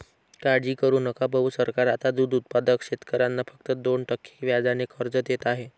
काळजी करू नका भाऊ, सरकार आता दूध उत्पादक शेतकऱ्यांना फक्त दोन टक्के व्याजाने कर्ज देत आहे